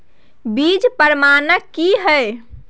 बीज प्रमाणन की हैय?